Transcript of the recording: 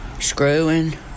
Screwing